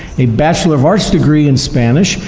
a bachelor of arts degree in spanish,